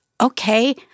okay—